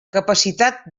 capacitat